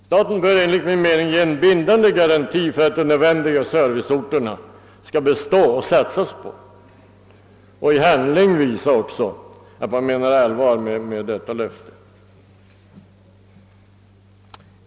Staten bör enligt min mening ge en bindande garanti för att de nödvändiga serviceorterna skall bestå och i handling visa att man menar allvar med detta löfte.